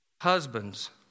Husbands